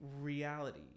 reality